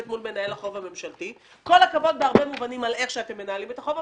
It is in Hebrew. כל הכבוד על איך שאתם מנהלים את החוב.